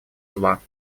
зла